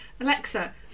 Alexa